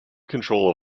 control